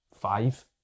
five